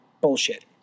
bullshit